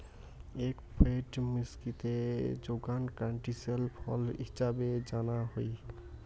egg fruit মেক্সিকোতে যুগান ক্যান্টিসেল ফল হিছাবে জানা হই